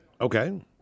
Okay